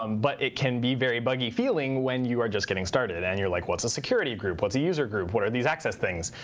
um but it can be very buggy feeling when you are just getting started and you're like, what's a security group? what's a user group? what are these access things?